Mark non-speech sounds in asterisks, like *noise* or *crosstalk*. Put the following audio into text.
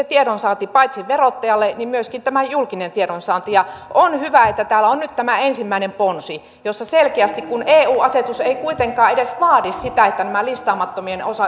*unintelligible* tiedonsaanti paitsi tiedonsaanti verottajalle niin myöskin tämä julkinen tiedonsaanti on hyvä että täällä on nyt tämä ensimmäinen ponsi kun eu asetus ei kuitenkaan edes vaadi sitä että listaamattomien